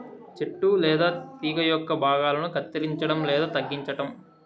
చెట్టు లేదా తీగ యొక్క భాగాలను కత్తిరించడం లేదా తగ్గించటం